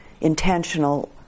intentional